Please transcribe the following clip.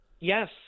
Yes